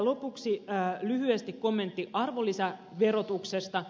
lopuksi lyhyesti kommentti arvonlisäverotuksesta